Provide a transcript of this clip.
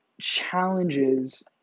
challenges